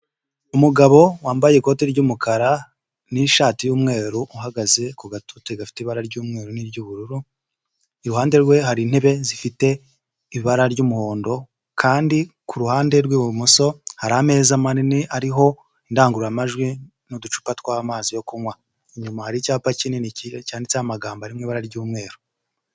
Umugabo wambaye ikoti ry'umukara n'ishati y'umweru uhagaze ku gatute gafite ibara ry'umweru ry'ubururu, iruhande rwe hari intebe zifite ibara ry'umuhondo kandi ku ruhande rw'ibumoso hari ameza manini ariho indangururamajwi n'uducupa tw'amazi yo kunywa, inyuma hari icyapa kinini cyanditseho amagambo ari mu ibara ry'umweru.